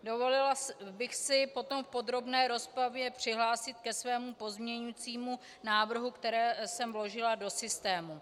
Dovolila bych si potom v podrobné rozpravě přihlásit ke svému pozměňovacímu návrhu, který jsem vložila do systému.